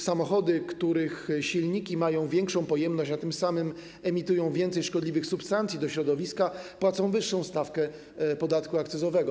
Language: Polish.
Samochody, których silniki mają większą pojemność, a tym samym emitują więcej szkodliwych substancji do środowiska, płacą wyższą stawkę podatku akcyzowego.